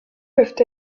peuvent